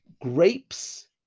grapes